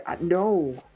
no